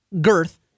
girth